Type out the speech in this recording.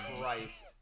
christ